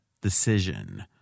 decision